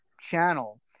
channel